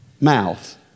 mouth